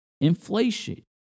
inflation